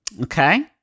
Okay